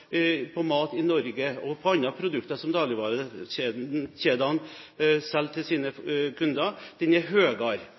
på mat og på andre produkter i Norge som dagligvarekjedene selger til sine